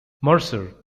mercer